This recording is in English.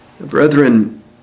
Brethren